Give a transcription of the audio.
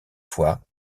fois